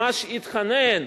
ממש התחנן,